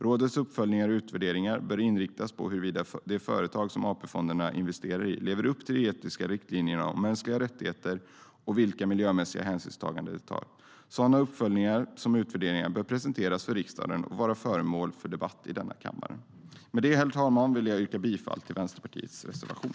Rådets uppföljning och utvärderingar bör inriktas på huruvida de företag AP-fonderna investerar i lever upp till etiska riktlinjer om mänskliga rättigheter och vilka miljömässiga hänsynstaganden de gör. Såväl uppföljningen som utvärderingarna bör presenteras för riksdagen och vara föremål för debatt i denna kammare. Med det, herr talman, vill jag yrka bifall till Vänsterpartiets reservation.